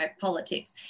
politics